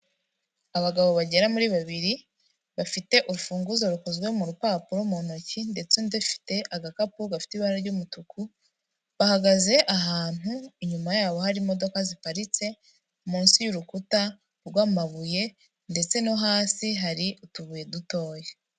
Abagabo bagera muri babiri bafite urufunguzo rukozwe mu rupapuro mu ntoki ndetse undi afite agakapu gafite ibara ry'umutuku, bahagaze ahantu inyuma yabo hari imodoka ziparitse, munsi y'urukuta rw'amabuye ndetse no hasi hari utubuye dutoya.